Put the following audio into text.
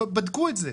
בדקו את זה.